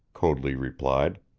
coadley replied.